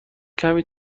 کمی